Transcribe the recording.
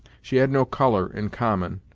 she had no colour, in common,